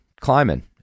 climbing